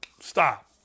Stop